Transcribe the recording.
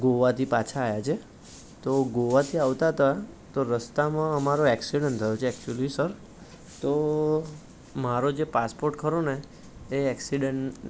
ગોવાથી પાછા આવ્યા છે તો ગોવાથી આવતા હતા તો રસ્તામાં અમારો એક્સિડન્ટ થયો છે એક્ચ્યુલી સર મારો જે પાસપોર્ટ ખરો ને એ એકસીડન્ટ